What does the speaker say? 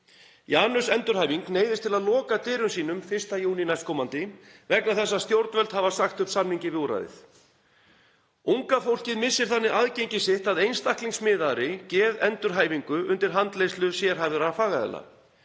Janus endurhæfing neyðist til að loka dyrum sínum 1. júní næstkomandi vegna þess að stjórnvöld hafa sagt upp samningi við úrræðið. Unga fólkið missir þannig aðgengi sitt að einstaklingsmiðaðri geðendurhæfingu undir handleiðslu sérhæfðra fagaðila.